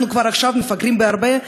אנחנו כבר עכשיו מפגרים בהרבה.